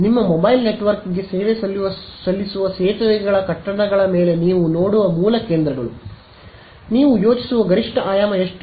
ನಿಮ್ಮ ಮೊಬೈಲ್ ನೆಟ್ವರ್ಕ್ಗೆ ಸೇವೆ ಸಲ್ಲಿಸುವ ಸೇತುವೆಗಳ ಕಟ್ಟಡಗಳ ಮೇಲೆ ನೀವು ನೋಡುವ ಮೂಲ ಕೇಂದ್ರಗಳು ನೀವು ಯೋಚಿಸುವ ಗರಿಷ್ಠ ಆಯಾಮ ಎಷ್ಟು